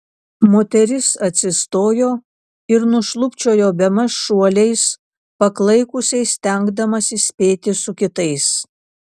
moteris atsistojo ir nušlubčiojo bemaž šuoliais paklaikusiai stengdamasi spėti su kitais